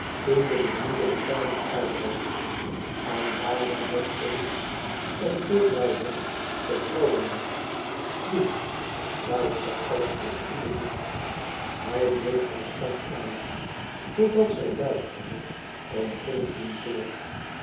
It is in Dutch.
toen de bediende de kamer uit was en daarna nog eens en veel luider sophronia i nu luister als t u b'lieft hij bleef haar strak aanzien totdat zij luisterde en ging toen voort